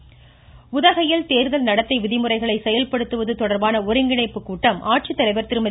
இருவரி உதகையில் தோ்தல் நடத்தை விதிமுறைகளை செயல்படுத்துவது தொடா்பான ஒருங்கிணைப்புக்கூட்டம் ஆட்சித்தலைவர் திருமதி